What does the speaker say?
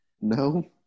No